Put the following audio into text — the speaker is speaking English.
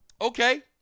Okay